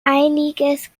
einiges